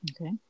Okay